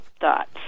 thoughts